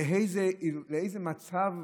לאיזה מצב,